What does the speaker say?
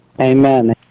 Amen